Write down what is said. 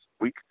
week